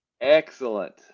Excellent